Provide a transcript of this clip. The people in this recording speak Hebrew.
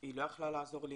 היא לא יכלה לעזור לי.